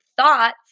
thoughts